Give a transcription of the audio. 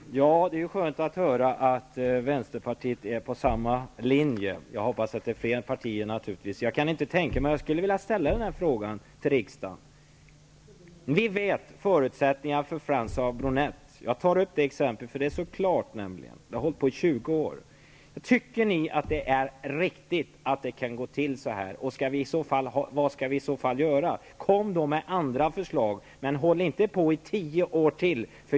Fru talman! Det är skönt att höra att Vänsterpartiet är på samma linje. Jag hoppas naturligtvis att flera partier är det. Ni vet förutsättningarna för François Bronett. Jag tar det exemplet eftersom det är så klart. Det här har hållit på i 20 år. Tycker ni att det är riktigt att det kan gå till så här? Om inte, vad skall vi göra? Kom med andra förslag, men håll inte på i tio år till.